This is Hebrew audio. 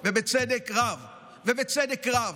ובצדק רב.